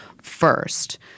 first